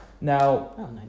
Now